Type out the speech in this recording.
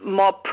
more